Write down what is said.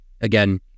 again